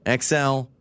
XL